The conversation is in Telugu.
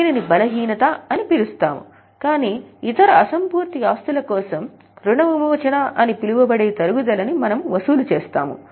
దీనిని బలహీనత అని పిలుస్తాము కాని ఇతర అసంపూర్తి ఆస్తుల కోసం రుణ విమోచన అని పిలువబడే తరుగుదలని మనము వసూలు చేస్తాము